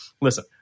listen